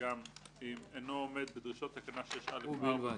גם אם אינו עומד בדרישות תקנה 6(א)(4) ו- 6(א)(5)